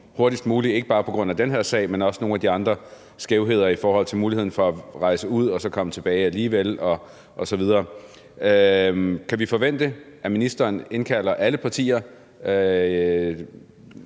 Det er ikke bare på grund af den her sag, men også på grund af nogle af de andre skævheder, bl.a. muligheden for at rejse ud og så komme tilbage osv. Kan vi forvente, at ministeren indkalder alle partier